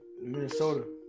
Minnesota